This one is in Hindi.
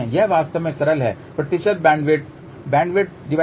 यह वास्तव में सरल है प्रतिशत बैंडविड्थ बैंडविड्थf0×100